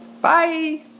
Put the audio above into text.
Bye